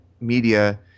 media